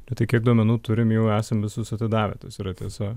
nu tai kiek duomenų turim jau esam visus atidavę tas yra tiesa